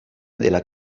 della